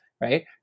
right